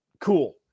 cool